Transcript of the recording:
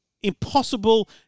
impossible